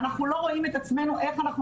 אנחנו לא רואים את עצמנו איך אנחנו